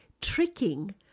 tricking